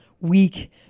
weak